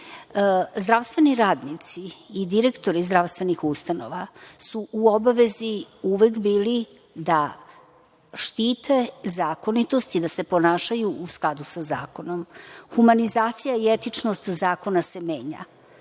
napravljeni. Zdravstveni radnici i direktori zdravstvenih ustanova su u obavezi uvek bili da štite zakonitost i da se ponašaju u skladu sa zakonom. Humanizacija i etičnost zakona se menja